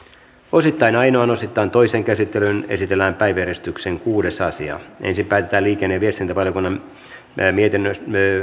osittain ainoaan osittain toiseen käsittelyyn esitellään päiväjärjestyksen kuudes asia ensin päätetään liikenne ja viestintävaliokunnan mietinnön